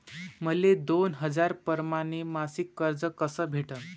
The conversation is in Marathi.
मले दोन हजार परमाने मासिक कर्ज कस भेटन?